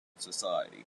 society